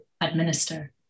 administer